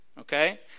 Okay